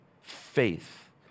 faith